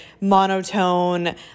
monotone